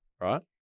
right